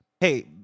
hey